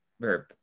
verb